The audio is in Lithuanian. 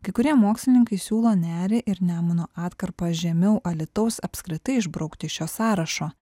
kai kurie mokslininkai siūlo nerį ir nemuno atkarpą žemiau alytaus apskritai išbraukti iš šio sąrašo